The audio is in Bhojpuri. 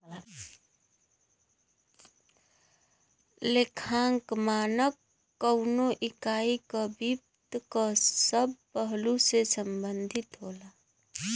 लेखांकन मानक कउनो इकाई क वित्त क सब पहलु से संबंधित होला